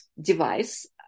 device